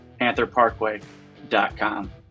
pantherparkway.com